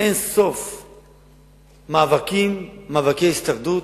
אין-סוף מאבקים, מאבקי הישרדות